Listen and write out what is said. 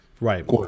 Right